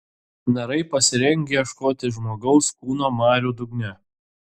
narai pasirengę ieškoti žmogaus kūno marių dugne